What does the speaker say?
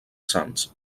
sants